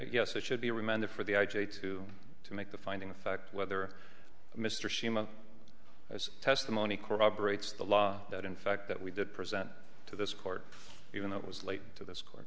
yes it should be remanded for the i j a to to make the finding of fact whether mr shimon as testimony corroborates the law that in fact that we did present to this court even though it was late to this court